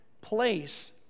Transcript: place